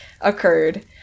occurred